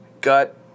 gut